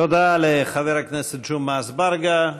תודה לחבר הכנסת ג'מעה אזברגה.